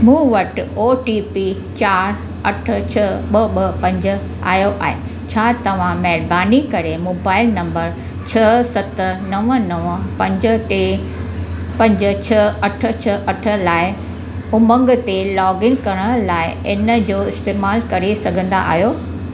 मूं वटि O T P चार अठ छह ॿ ॿ पंज आयो आहे छा तव्हां महिरबानी करे मोबाइल नंबर छह सत नव नव पंज टे पंज छह अठ छह अठ लाइ उमंग ते लॉगइन करण लाइ इन जो इस्तेमालु करे सघंदा आहियो